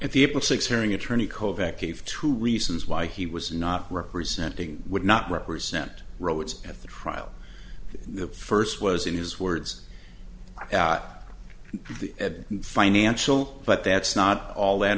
of six hearing attorney kovacs gave two reasons why he was not representing would not represent rhodes at the trial the first was in his words the financial but that's not all that